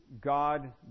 God